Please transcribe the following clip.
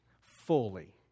Fully